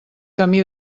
camí